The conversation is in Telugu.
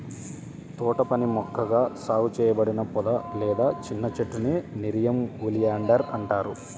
తోటపని మొక్కగా సాగు చేయబడిన పొద లేదా చిన్న చెట్టునే నెరియం ఒలియాండర్ అంటారు